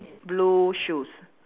blue shoes